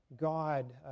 God